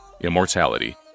Immortality